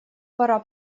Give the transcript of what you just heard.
пора